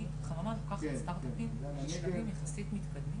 ועם תנאים שהם תנאים פחות טובים מהתלמידים האחרים יהודים בכל הארץ,